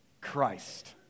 Christ